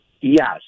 Yes